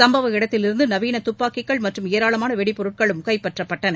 சும்பவ இடத்திலிருந்து நவீன தப்பாக்கிகள் மற்றும் ஏராளமான வெடிபொருட்களும் கைப்பற்றப்பட்டுள்ளன